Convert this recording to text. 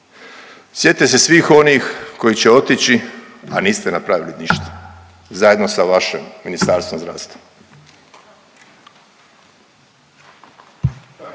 sjetite se svih onih koji će otići, a niste napravili ništa, zajedno sa vašim Ministarstvom zdravstva.